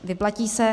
Vyplatí se.